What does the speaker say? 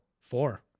Four